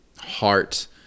heart